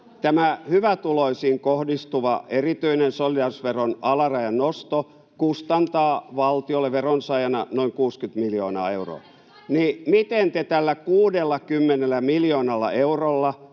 Tämä hyvätuloisiin kohdistuva erityinen solidaarisuusveron alarajan nosto kustantaa valtiolle veronsaajana noin 60 miljoonaa euroa. Miten te tällä 60 miljoonalla eurolla,